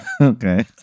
okay